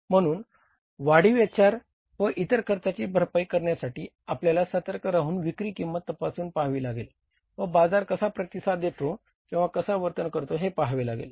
म्हणूनच वाढीव एचआर व इतर खर्चाची भरपाई करण्यासाठी आपल्याला सतर्क राहून विक्री किंमत तपासून पाहावी लागेल व बाजार कसा प्रतिसाद देतो किंवा कसा वर्तन करतो हे पहावे लागेल